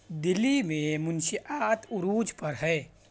دلی میں منشیات عروج پر ہے